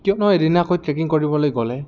কিয়ো এদিনীয়াকৈ ট্ৰেকিং কৰিবলৈ গ'লে